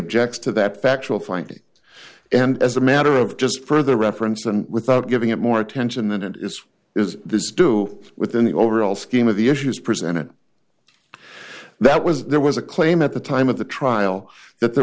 objects to that factual findings and as a matter of just further reference and without giving it more attention than it is is this due within the overall scheme of the issues presented that was there was a claim at the time of the trial that there